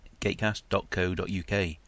gatecast.co.uk